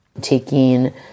taking